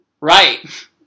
Right